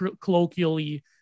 colloquially